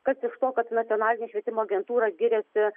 kas iš to kad nacionalinė švietimo agentūra giriasi